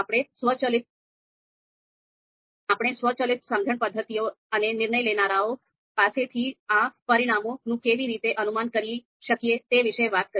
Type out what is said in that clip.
આપણે સ્વચાલિત સમજણ પદ્ધતિઓ અને નિર્ણય લેનારાઓ પાસેથી આ પરિમાણો નું કેવી રીતે અનુમાન કરી શકાય તે વિશે વાત કરી